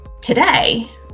Today